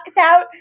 out